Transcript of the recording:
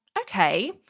okay